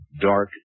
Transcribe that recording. dark